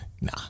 nah